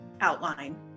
outline